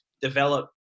develop